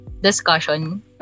discussion